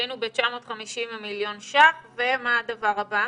היינו ב-950 מיליון שקלים, ומה הדבר הבא?